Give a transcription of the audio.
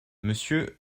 monsieur